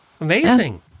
Amazing